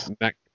Mac